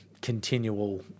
continual